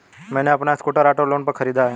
मैने अपना scooter auto loan पर खरीदा है